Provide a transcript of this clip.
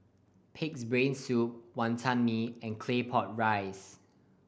Pig's Brain Soup Wantan Mee and Claypot Rice